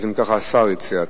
אם כך, השר הציע.